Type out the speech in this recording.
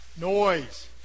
Noise